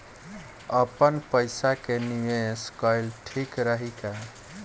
आपनपईसा के निवेस कईल ठीक रही का?